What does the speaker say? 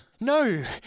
No